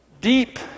deep